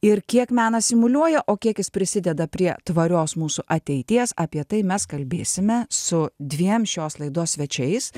ir kiek menas simuliuoja o kiek jis prisideda prie tvarios mūsų ateities apie tai mes kalbėsime su dviem šios laidos svečiais